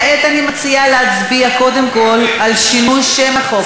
כעת אני מציעה להצביע קודם כול על שינוי שם החוק,